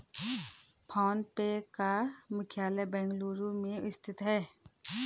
phone पे का मुख्यालय बेंगलुरु में स्थित है